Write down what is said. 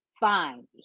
fine